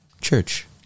church